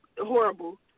Horrible